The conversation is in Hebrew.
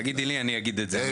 תגידי לי, אני אגיד את זה.